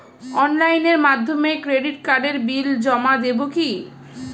অনলাইনের মাধ্যমে ক্রেডিট কার্ডের বিল জমা দেবো কি?